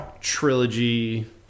trilogy